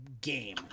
game